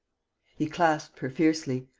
he clasped her fiercely,